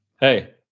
hey